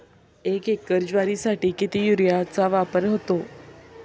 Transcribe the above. एक एकर ज्वारीसाठी किती युरियाचा वापर होतो?